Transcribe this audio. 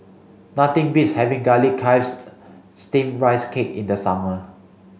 nothing beats having garlic chives steamed rice cake in the summer